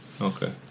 Okay